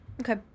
Okay